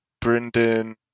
Brendan